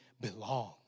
belong